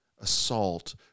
assault